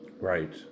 Right